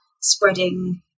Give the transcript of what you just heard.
spreading